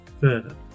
further